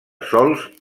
sòls